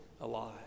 alive